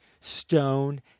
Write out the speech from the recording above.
Stone